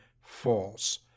false